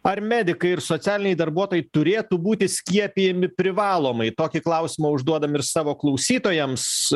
ar medikai ir socialiniai darbuotojai turėtų būti skiepijami privalomai tokį klausimą užduodam ir savo klausytojams